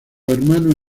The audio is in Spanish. hermanos